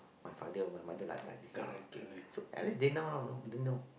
my father or my mother like like this oh okay so at least they now lah they know